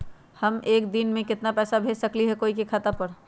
हम एक दिन में केतना पैसा भेज सकली ह कोई के खाता पर?